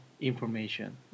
information